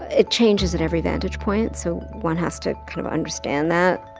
it changes at every vantage point. so one has to kind of understand that